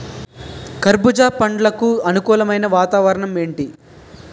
కర్బుజ పండ్లకు అనుకూలమైన వాతావరణం ఏంటి?